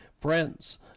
friends